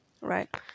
Right